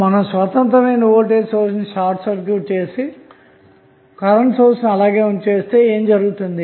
మనం స్వతంత్రమైన voltage source ని షార్ట్ సర్క్యూట్ చేసి కరెంటు సోర్స్ ను అలాగే ఉంచివేస్తే ఏమి జరుగుతుంది